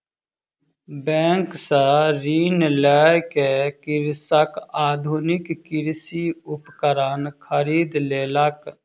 bank सॅ ऋण लय के कृषक आधुनिक कृषि उपकरण खरीद लेलक